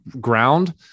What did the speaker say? ground